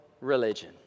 religion